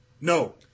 No